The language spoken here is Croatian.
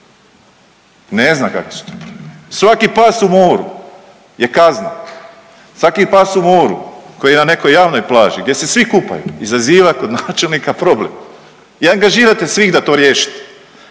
ne zna kakvi su to … svaki pas u moru je kazna, svaki pas u moru koji je na nekoj javnoj plaži gdje se svi kupaju izaziva kog načelnika problem i angažirate svih da to riješite.